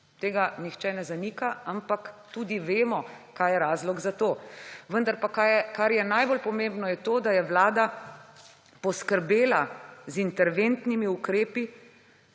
Tega nihče ne zanika, ampak tudi vemo, kaj je razlog za to. Vendar pa, kar je najbolj pomembno, je to, da je Vlada poskrbela z interventnimi ukrepi